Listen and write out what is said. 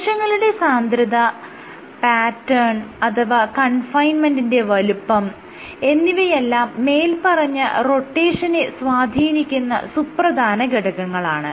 കോശങ്ങളുടെ സാന്ദ്രത പാറ്റേൺ അഥവാ കൺഫൈൻമെന്റിന്റെ വലുപ്പം എന്നിവയെല്ലാം മേല്പറഞ്ഞ റൊട്ടേഷനെ സ്വാധീനിക്കുന്ന സുപ്രധാന ഘടകങ്ങളാണ്